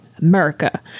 America